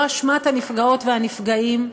לא אשמת הנפגעות והנפגעים,